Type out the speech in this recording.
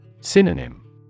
synonym